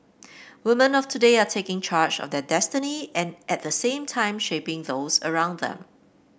woman of today are taking charge of their destiny and at the same time shaping those around them